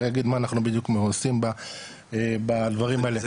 אגיד מה אנחנו בדיוק עושים בדברים האלה.